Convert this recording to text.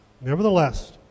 Nevertheless